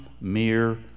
mere